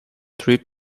trip